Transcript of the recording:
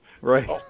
Right